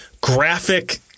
graphic